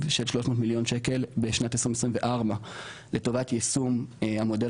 של 300 מיליון שקלים בשנת 2024 לטובת יישום המודל